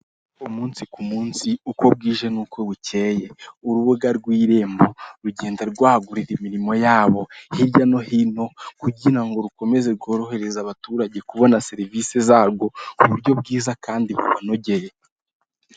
Umunsi ku munsi uko bwije nuko bukeye, urubuga rw'irembo rugenda rwagurira imirimo yabo hirya no hino kugira ngo rukomeze korohereza abaturage kubona serivisi zarwo, ku buryo bwiza kandi bubanogeye.